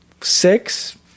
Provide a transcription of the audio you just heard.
six